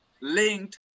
linked